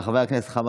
אדרבה.